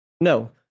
no